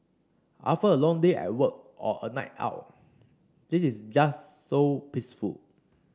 after a long day at work or a night out this is just so peaceful